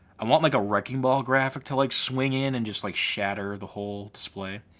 i want like a wrecking ball graphic to like swing in and just like shatter the whole display.